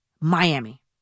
Miami